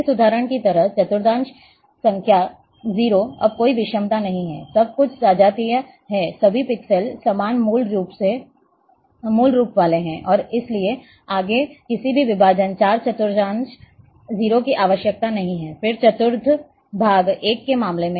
इस उदाहरण की तरह चतुर्थांश संख्या 0 अब कोई विषमता नहीं है सब कुछ सजातीय है सभी पिक्सेल समान मूल्य वाले हैं और इसलिए आगे किसी भी विभाजन 4 चतुर्थांश 0 की आवश्यकता नहीं है वही चतुर्थ भाग 1 के मामले में